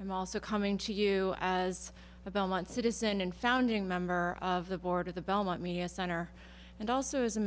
and also coming to you as a belmont citizen and founding member of the board of the belmont mia center and also